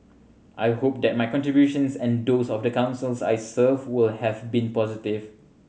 I hope that my contributions and those of the Councils I served were have been positive